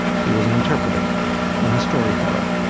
he was an interpreter and a storyteller.